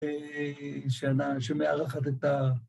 ‫שמארחת את ה...